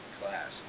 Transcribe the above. class